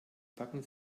packen